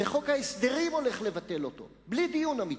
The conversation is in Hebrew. וחוק ההסדרים הולך לבטל אותו, בלי דיון אמיתי,